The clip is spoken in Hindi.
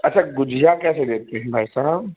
अच्छा गुझिया कैसे देते हैं भाई साब